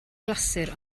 glasur